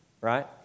right